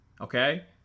Okay